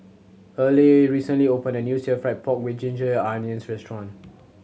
Earle recently opened a new Stir Fried Pork With Ginger Onions restaurant